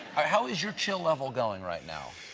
how is your chill level going right now?